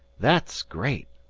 that's great!